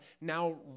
now